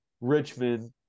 Richmond